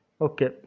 Okay